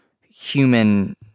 human